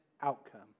outcome